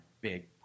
big